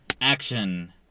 Action